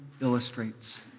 illustrates